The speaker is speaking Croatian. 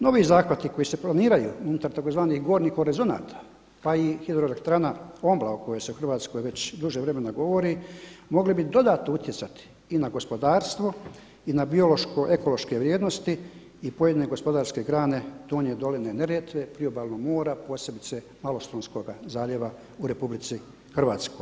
Novi zahvati koji se planiraju unutar tzv. gornjih horizonata pa i HE Ombla o kojoj se u Hrvatskoj već duže vremena govori moglo bi dodatno utjecati i na gospodarstvo i na biološko ekološke vrijednosti i pojedine gospodarske grane donje doline Neretve, priobalnog mora posebice Malostonskoga zaljeva u RH.